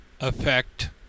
affect